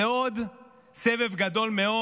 זה עוד סבב גדול מאוד.